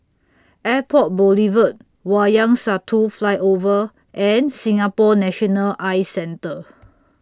Airport Boulevard Wayang Satu Flyover and Singapore National Eye Centre